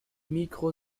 mikro